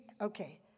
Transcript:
okay